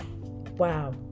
wow